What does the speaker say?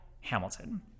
Hamilton